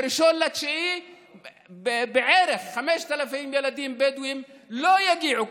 ב-1 בספטמבר בערך 5,000 ילדים בדואים לא יגיעו,